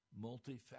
multifaceted